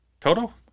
Toto